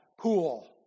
pool